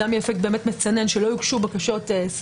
וגם יהיה אפקט מצנן מבחינתנו שלא יוגשו בקשות סרק,